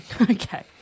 Okay